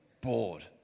bored